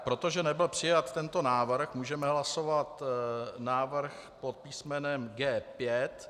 Protože nebyl přijat tento návrh, můžeme hlasovat návrh pod písmenem G5.